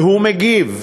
והוא מגיב.